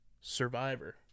Survivor